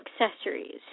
accessories